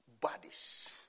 bodies